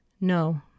no